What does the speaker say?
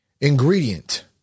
Ingredient